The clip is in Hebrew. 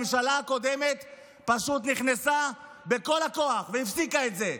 הממשלה הקודמת פשוט נכנסה בכל הכוח והפסיקה את זה,